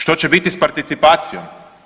Što će biti s participacijom?